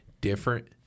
different